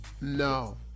No